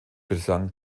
bislang